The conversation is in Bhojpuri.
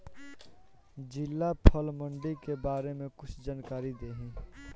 जिला फल मंडी के बारे में कुछ जानकारी देहीं?